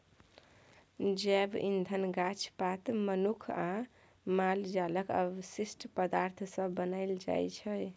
जैब इंधन गाछ पात, मनुख आ माल जालक अवशिष्ट पदार्थ सँ बनाएल जाइ छै